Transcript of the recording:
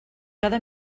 cada